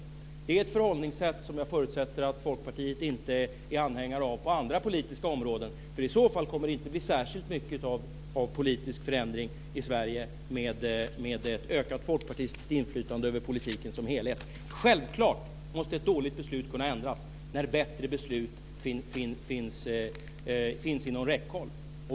Det är ett förhållningssätt som jag förutsätter att Folkpartiet inte är anhängare av på andra politiska områden. I annat fall kommer det inte att bli särskilt mycket av politisk förändring i Sverige med ett ökat folkpartistiskt inflytande över politiken som helhet. Självklart måste dåliga beslut kunna ändras när bättre beslut finns inom räckhåll.